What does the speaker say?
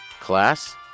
Class